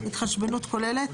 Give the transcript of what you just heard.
התחשבנות כוללת?